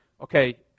okay